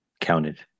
counted